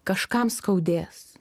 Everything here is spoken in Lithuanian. kažkam skaudės